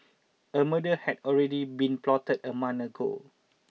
a murder had already been plotted a month ago